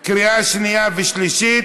התשע"ח 2018, לקריאה שנייה ושלישית.